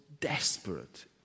desperate